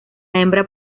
hembra